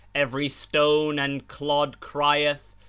every stone and clod crieth,